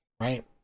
right